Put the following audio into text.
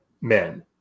men